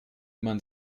man